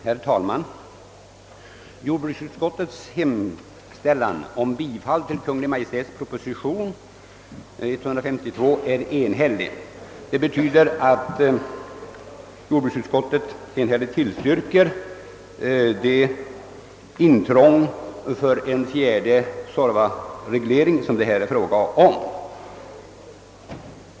Herr talman! Jordbruksutskottets hem« ställan om bifall till Kungl. Maj:ts proposition nr 152 är enhällig.